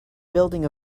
building